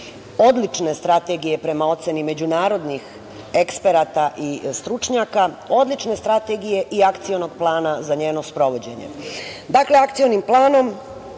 odlične strategije prema oceni međunarodnih eksperata i stručnjaka, odlične strategije i akcionog plana za njeno sprovođenje. Dakle, akcionim planom